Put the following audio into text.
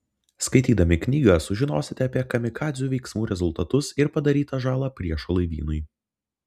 skaitydami knygą sužinosite apie kamikadzių veiksmų rezultatus ir padarytą žalą priešo laivynui